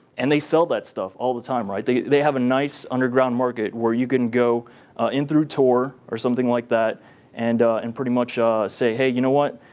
and they sell that stuff all the time. time. right they they have a nice underground market where you can go in through tor or something like that and and pretty much say, hey, you know what,